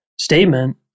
statement